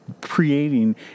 creating